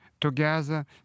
together